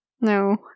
No